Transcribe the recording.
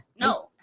No